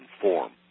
form